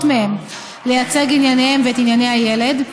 מהם לייצג את ענייניהם ואת ענייני הילד,